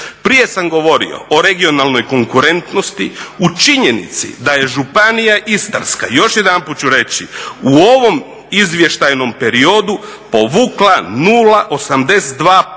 Prije sam govorio o regionalnoj konkurentnosti, u činjenici da je Županija istarska još jedanput ću reći u ovom izvještajnom periodu povukla 0,82%.